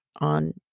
on